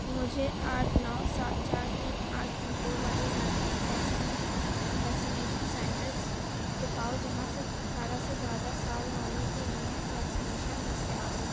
مجھے آٹھ نو سات چار تین آٹھ پن کوڈ والے علاقے میں ایسے مفت ویکسینیشن سینٹرس دکھاؤ جہاں صرف اٹھارہ سے زیادہ سال والوں کے لیے ویکسینیشن دستیاب ہوں